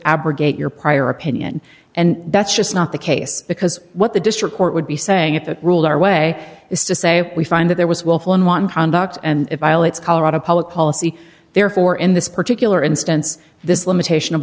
abrogate your prior opinion and that's just not the case because what the district court would be saying if it ruled our way is to say we find that there was willful and wanton conduct and violence colorado public policy therefore in this particular instance this limitation of